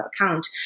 account